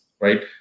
right